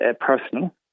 personal